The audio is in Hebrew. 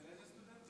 של איזה סטודנטים?